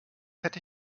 hätte